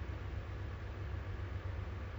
uh what company